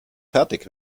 fertig